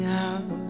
out